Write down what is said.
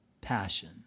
passion